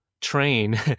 train